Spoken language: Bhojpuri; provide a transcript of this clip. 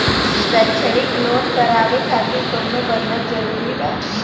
शैक्षणिक लोन करावे खातिर कउनो बंधक जरूरी बा?